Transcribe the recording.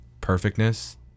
perfectness